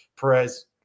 Perez